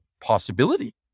possibility